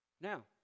now